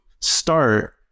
start